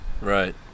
Right